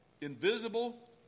invisible